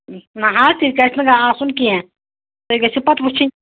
نہ حظ تہِ گژھِ نہٕ آسُن کیٚنٛہہ تُہۍ گٔژھِو پَتہٕ وٕچھِنۍ